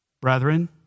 Brethren